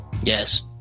Yes